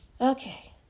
Okay